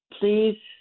please